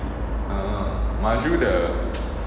ah maju the